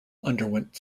underwent